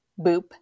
Boop